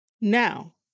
Now